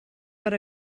per